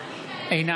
אינה